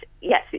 yes